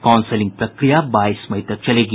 counselling प्रक्रिया बाईस मई तक चलेगी